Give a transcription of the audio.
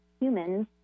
humans